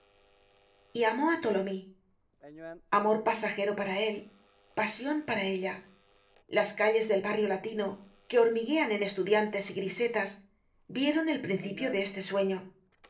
y amó á tholomyes amor pasajero para él pasion para ella las calles del barrio latino que hormiguean en estudiantes y grisetas vieron el principio de este sueño